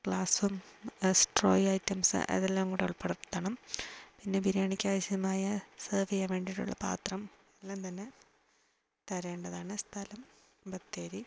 ഗ്ലാസ്സും straw ഐറ്റംസും അതെല്ലാം കൂടി ഉൾപ്പെടുത്തണം പിന്നെ ബിരിയാണിക്ക് ആവിശ്യമായ സെർവ് ചെയ്യാൻ വേണ്ടിയിട്ടുള്ള പാത്രം എല്ലാം തന്നെ തരേണ്ടതാണ് സ്ഥലം ബത്തേരി